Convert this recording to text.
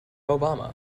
obama